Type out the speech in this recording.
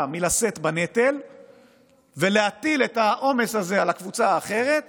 מלשאת בנטל ולהטיל את העומס הזה על הקבוצה האחרת